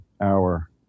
hour